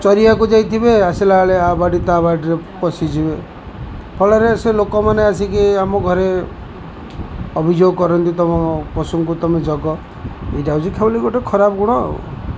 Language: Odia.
ଚରିବାକୁ ଯାଇଥିବେ ଆସିଲା ବେଳେ ଆ ବାଡ଼ି ତା' ବାଡ଼ିରେ ପଶିଯିବେ ଫଳରେ ସେ ଲୋକମାନେ ଆସିକି ଆମ ଘରେ ଅଭିଯୋଗ କରନ୍ତି ତୁମ ପଶୁଙ୍କୁ ତୁମେ ଜଗ ଏଇଟା ହେଉଛି ଗୋଟେ ଖରାପ ଗୁଣ ଆଉ